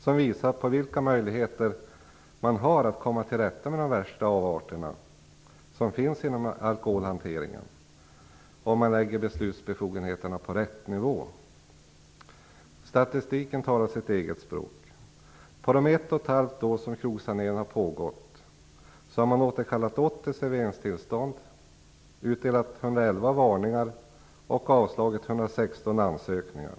Det visar vilka möjligheter man har att komma till rätta med de värsta avarterna inom alkoholhanteringen, om man lägger beslutsbefogenheterna på rätt nivå. Statistiken talar sitt eget språk. Under det ett och ett halvt år som krogsaneringen har pågått har man återkallat 80 serveringstillstånd, utdelat 111 varningar och avslagit 116 ansökningar.